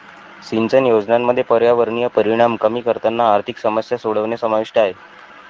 सिंचन योजनांमध्ये पर्यावरणीय परिणाम कमी करताना आर्थिक समस्या सोडवणे समाविष्ट आहे